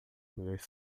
mulheres